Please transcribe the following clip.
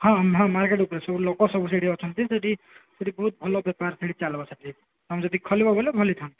ହଁ ହଁ ମାର୍କେଟ୍ ଉପରେ ସବୁ ଲୋକ ସବୁ ସେଇଠି ଅଛନ୍ତି ସେଇଠି ସେଇଠି ବହୁତ ଭଲ ବେପାର ଚାଲିବ ସେଇଠି ତୁମେ ଯଦି ଖୋଲିବ ବୋଲେ ଭଲ ହୋଇଥାଆନ୍ତା